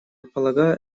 полагаю